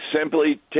simply